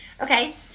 okay